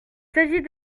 s’agit